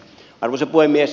arvoisa puhemies